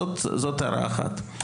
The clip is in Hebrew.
זו הערה אחת.